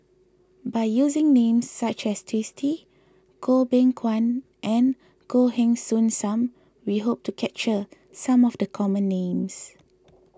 by using names such as Twisstii Goh Beng Kwan and Goh Heng Soon Sam we hope to capture some of the common names